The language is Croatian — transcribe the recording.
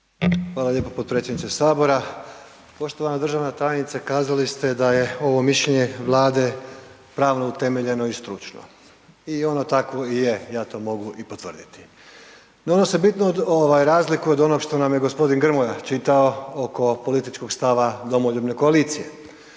Hvala lijepo potpredsjedniče HS. Poštovana državna tajnice kazali ste da je ovo mišljenje Vlade pravno utemeljeno i stručno i ono takvo i je, ja to mogu i potvrditi. No, ono se bitno razlikuje od onog što nam je g. Grmoja čitao oko političkog stava domoljubne koalicije.